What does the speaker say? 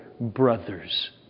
brothers